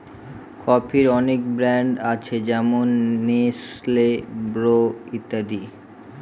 কফির অনেক ব্র্যান্ড আছে যেমন নেসলে, ব্রু ইত্যাদি